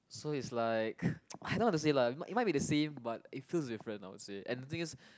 so it's like I don't know how to say lah but it might be the same but it feels different I would say and the thing is